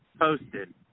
posted